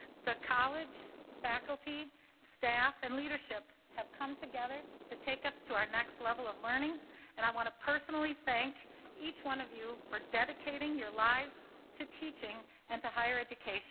the college faculty staff and leadership have come together to take us to our next level of learning and i want to personally thank each one of you for dedicating your lives to teaching and to higher education